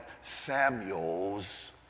Samuel's